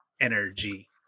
energy